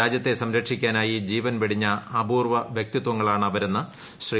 രാജ്യത്തെ സംരക്ഷിക്കാനായി ജീവൻ വെടിഞ്ഞ അപൂർവ്വ വൃക്തിത്വങ്ങളാണ് അവരെന്ന് ശ്രീ